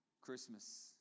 Christmas